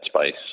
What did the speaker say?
space